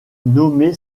nommé